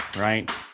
right